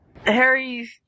Harry